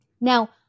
Now